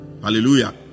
Hallelujah